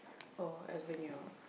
or avenue